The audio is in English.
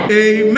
Amen